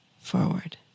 forward